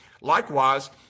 Likewise